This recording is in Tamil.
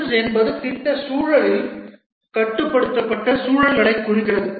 PRINCE என்பது திட்ட சூழலில் கட்டுப்படுத்தப்பட்ட சூழல்களைக் குறிக்கிறது